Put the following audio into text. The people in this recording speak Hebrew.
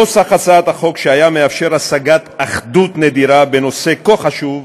נוסח הצעת החוק שהיה מאפשר השגת אחדות נדירה בנושא כה חשוב,